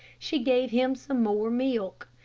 she gave him some more milk,